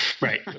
Right